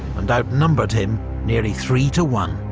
and outnumbered him nearly three to one.